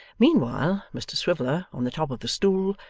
meanwhile, mr swiveller, on the top of the stool,